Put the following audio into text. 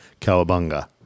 Cowabunga